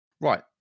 Right